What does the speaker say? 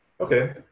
Okay